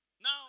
now